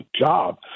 job